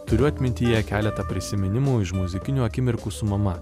turiu atmintyje keletą prisiminimų iš muzikinių akimirkų su mama